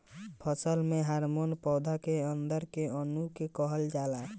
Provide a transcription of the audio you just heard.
फसल में हॉर्मोन पौधा के अंदर के अणु के कहल जाला